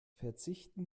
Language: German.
verzichten